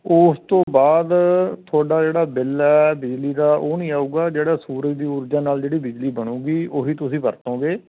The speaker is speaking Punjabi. ਉਸ ਤੋਂ ਬਾਅਦ ਤੁਹਾਡਾ ਜਿਹੜਾ ਬਿੱਲ ਹੈ ਬਿਜਲੀ ਦਾ ਉਹ ਨਹੀਂ ਆਊਗਾ ਜਿਹੜਾ ਸੂਰਜ ਦੀ ਊਰਜਾ ਨਾਲ ਜਿਹੜੀ ਬਿਜਲੀ ਬਣੂਗੀ ਉਹੀ ਤੁਸੀਂ ਵਰਤੋਂਗੇ